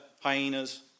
hyenas